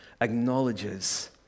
acknowledges